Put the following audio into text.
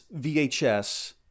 VHS